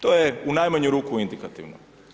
To je u najmanju ruku indikativno.